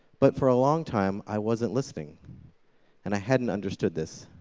but for a long time, i wasn't listening and i hadn't understood this.